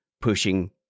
pushing